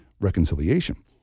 reconciliation